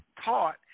taught